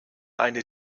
eine